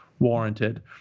warranted